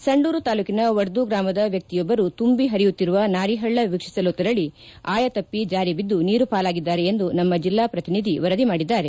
ಸಂಡೂರು ತಾಲೂಕಿನ ವಡ್ತು ಗ್ರಾಮದ ವ್ಯಕ್ತಿಯೊಬ್ಬರು ತುಂಬಿ ಹರಿಯುತ್ತಿರುವ ನಾರಿಹಳ್ಳ ವೀಕ್ಷಿಸಲು ತೆರಳಿ ಆಯತಪ್ಪಿ ಜಾರಿ ಬಿದ್ದು ನೀರು ಪಾಲಾಗಿದ್ದಾನೆ ಎಂದು ನಮ್ಮ ಜಿಲ್ಲಾ ಪ್ರತಿನಿಧಿ ವರದಿ ಮಾಡಿದ್ದಾರೆ